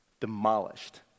Demolished